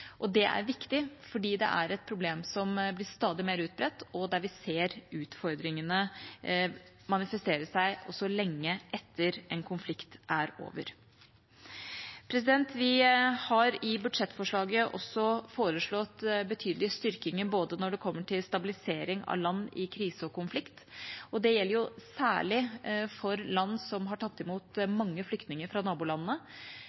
Det er viktig fordi det er et problem som blir stadig mer utbredt, og der vi ser utfordringene manifestere seg også lenge etter at en konflikt er over. Vi har i budsjettforslaget også foreslått en betydelig styrking for stabilisering av land i krise og konflikt. Det gjelder særlig for land som har tatt imot